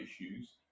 issues